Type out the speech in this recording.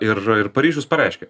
ir ir paryžius pareiškė